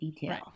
detail